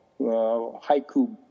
haiku